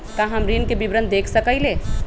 का हम ऋण के विवरण देख सकइले?